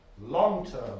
long-term